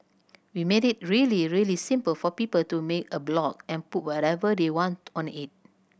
we made it really really simple for people to make a blog and put whatever they want on it